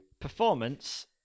Performance